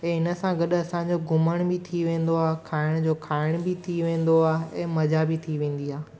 हे हिन सां गॾु असांजो घुमणु बि थी वेंदो आहे खाइण जो खाइणु बि थी वेंदो आहे ऐं मज़ा बि थी वेंदी आहे